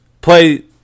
play